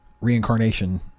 reincarnation